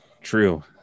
true